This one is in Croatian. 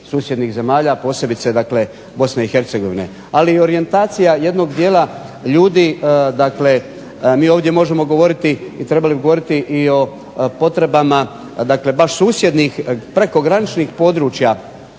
susjednih zemalja, posebice dakle Bosne i Hercegovine, ali i orijentacija jednog dijela ljudi. Dakle mi ovdje možemo govoriti i trebali bi govoriti i o potrebama dakle baš susjednih prekograničnih područja.